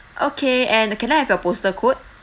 okay and can I have your postal code